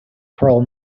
pearl